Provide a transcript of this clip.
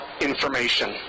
information